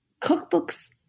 cookbooks